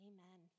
Amen